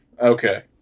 Okay